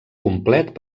complet